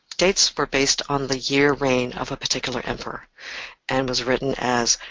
dates were based on the year reign of a particular emperor and was written as,